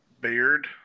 Beard